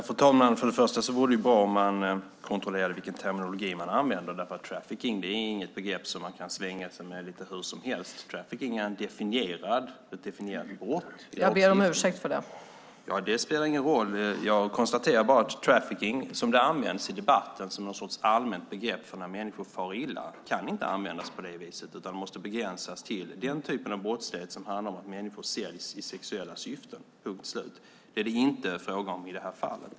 Fru talman! För det första vore det bra om man kontrollerade vilken terminologi man använder. Trafficking är inget begrepp som man kan svänga med sig med lite hur som helst, utan det är ett definierat brott. : Jag ber om ursäkt för det.) Det spelar ingen roll. Jag konstaterar bara att trafficking som det används i debatten, som någon sorts allmänt begrepp för när människor far illa, inte kan användas på det viset utan måste begränsas till den typen av brottslighet som handlar om att människor säljs i sexuella syften. Punkt slut. Det är det inte fråga om i de här fallen.